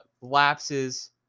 lapses